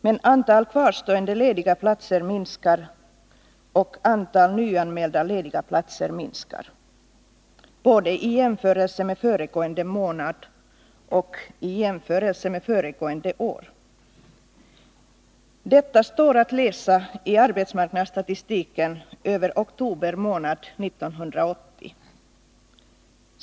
Men antalet kvarstående lediga platser minskar och antalet nyanmälda lediga platser minskar, både i jämförelse med föregående månad och i jämförelse med Besparingar i föregående år. statsverksamheten Detta står att läsa i arbetsmarknadsstatistiken för oktober månad 1980.